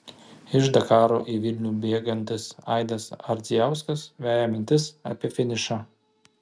iš dakaro į vilnių bėgantis aidas ardzijauskas veja mintis apie finišą